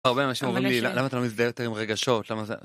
הרבה אנשים אומרים לי למה אתה לא מזדהה יותר עם רגשות למה זה